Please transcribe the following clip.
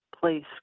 place